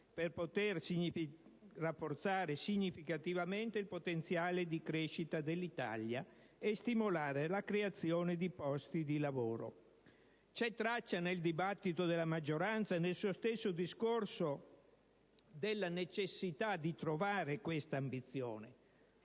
per poter rafforzare significativamente il potenziale di crescita dell'Italia e stimolare la creazione di posti di lavoro». C'è traccia nel dibattito della maggioranza e nel suo stesso discorso della necessità di trovare questa ambizione?